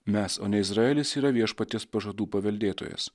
mes o ne izraelis yra viešpaties pažadų paveldėtojas